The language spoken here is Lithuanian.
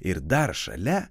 ir dar šalia